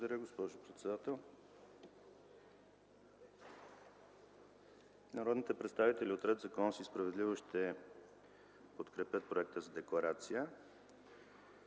Благодаря, госпожо председател. Народните представители от „Ред, законност и справедливост” ще подкрепят Проекта за декларация.